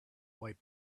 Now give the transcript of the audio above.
wipe